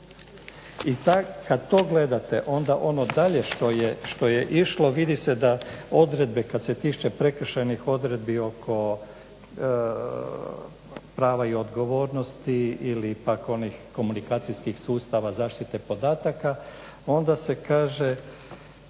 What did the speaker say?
kad to gledate onda ono dalje što je išlo vidi se da odredbe kad se tisuće prekršajnih odredbi oko prava i odgovornosti ili pak onih komunikacijskih sustava zaštite podataka, onda se kaže